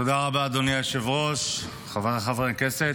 תודה רבה, אדוני היושב-ראש, חבריי חברי הכנסת,